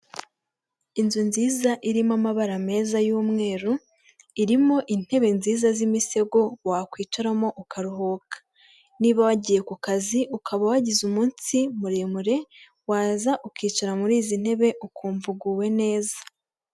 Inzu nziza irimo amabara meza y'umweru irimo intebe nziza z'imisego wakwicaramo ukaruhuka niba wagiye ku kazi ukaba wagize umunsi muremure waza ukicara muri izi ntebe ukumva uguwe neza.